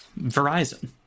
verizon